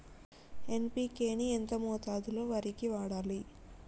NPK ని ఎంత మోతాదులో వరికి వాడాలి?